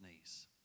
knees